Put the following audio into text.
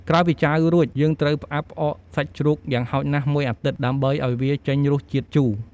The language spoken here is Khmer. ក្រោយពីចាវរួច យើងត្រូវផ្អាប់ផ្អកសាច់ជ្រូកយ៉ាងហោចណាស់១អាទិត្យ ដើម្បីឱ្យវាចេញរសជាតិជូរ។